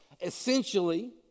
Essentially